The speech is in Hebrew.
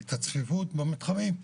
את הצפיפות במתחמים.